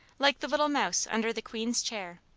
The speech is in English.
like the little mouse under the queen's chair,